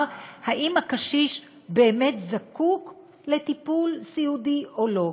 אם הקשיש באמת זקוק לטיפול סיעודי או לא,